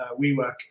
WeWork